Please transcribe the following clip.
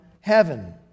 heaven